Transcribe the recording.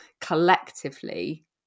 collectively